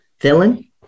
villain